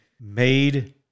made